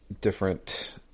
different